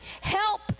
help